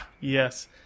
yes